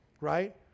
right